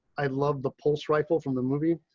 i love the pulse rifle from the movie.